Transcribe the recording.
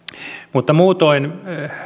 mutta muutoin